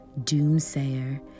doomsayer